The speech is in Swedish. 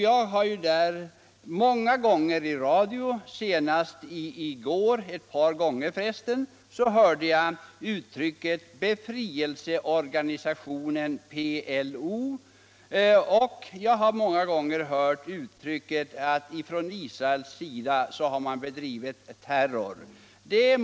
Jag har där många gånger — senast ett par gånger i går — hört uttrycket ”befrielseorganisationen PLO” i radio, och jag har många gånger hört att Israel har sagts bedriva ”terrorverksamhet”.